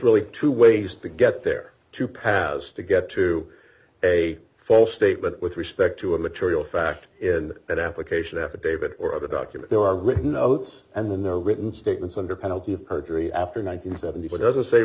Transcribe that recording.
really two ways to get there two paths to get to a false statement with respect to a material fact is that application affidavit or other document there are written notes and then there are written statements under penalty of perjury after nine hundred and seventy four doesn't say